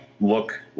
look